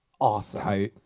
awesome